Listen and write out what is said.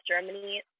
germany